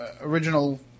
original